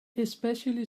especially